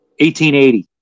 1880